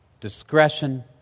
discretion